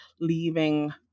leaving